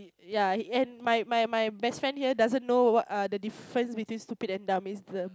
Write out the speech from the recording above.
yeah and my my my best friend here doesn't know what err the difference between stupid and dumb